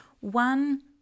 one